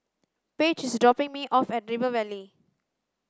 page is dropping me off at River Valley